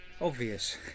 obvious